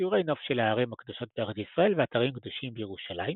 ציורי נוף של הערים הקדושות בארץ ישראל ואתרים קדושים בירושלים,